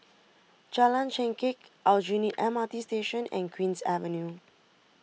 Jalan Chengkek Aljunied M R T Station and Queen's Avenue